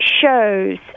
shows